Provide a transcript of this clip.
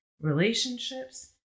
relationships